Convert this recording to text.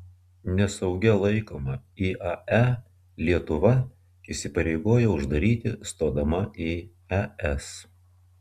nesaugia laikomą iae lietuva įsipareigojo uždaryti stodama į es